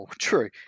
True